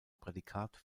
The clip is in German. prädikat